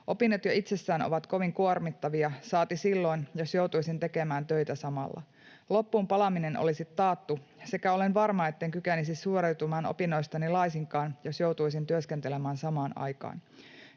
Opinnot jo itsessään ovat kovin kuormittavia, saati silloin, jos joutuisin tekemään töitä samalla. Loppuun palaminen olisi taattu, sekä olen varma, etten kykenisi suoriutumaan opinnoistani laisinkaan, jos joutuisin työskentelemään samaan aikaan.